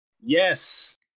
Yes